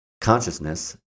consciousness